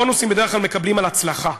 בונוסים מקבלים בדרך כלל על הצלחה,